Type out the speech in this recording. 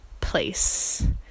place